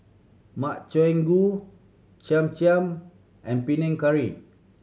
Makchang Gui Cham Cham and Panang Curry